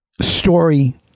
story